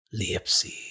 Lipsy